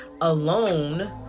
alone